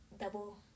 double